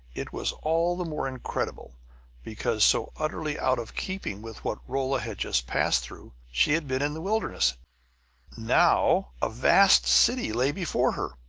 it was all the more incredible because so utterly out of keeping with what rolla had just passed through. she had been in the wilderness now a vast city lay before her.